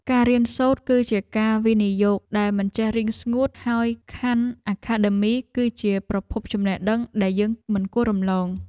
ការរៀនសូត្រ គឺជាការវិនិយោគដែលមិនចេះរីងស្ងួតហើយខាន់អាខាដឺមី គឺជាប្រភពចំណេះដឹងដែលយើងមិនគួររំលង។